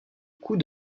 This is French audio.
coup